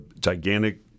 gigantic—